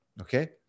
okay